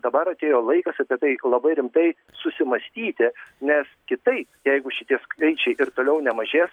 dabar atėjo laikas apie tai labai rimtai susimąstyti nes kitaip jeigu šitie skaičiai ir toliau nemažės